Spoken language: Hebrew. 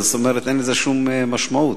זאת אומרת שאין לזה שום משמעות,